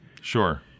Sure